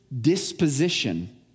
disposition